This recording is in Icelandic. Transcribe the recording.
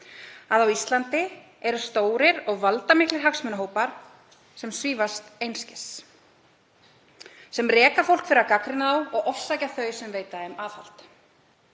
að á Íslandi eru stórir og valdamiklir hagsmunahópar sem svífast einskis, sem reka fólk fyrir að gagnrýna þá og ofsækja þau sem veita þeim aðhald.